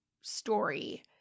story